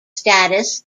status